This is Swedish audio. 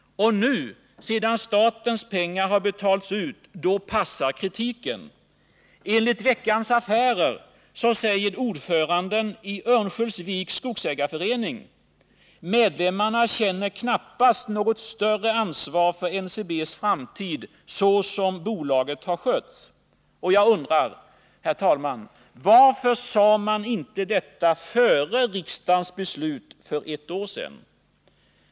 Och nu, sedan statens pengar har betalats, då passar kritiken. Enligt Veckans Affärer säger ordföranden i Örnsköldsviks skogsägareförening: Medlemmarna känner knappast något ansvar för NCB:s framtid, så som bolaget har skötts. Och jag undrar, herr talman: Varför sade man inte detta före riksdagens beslut för ett år sedan?